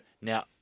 Now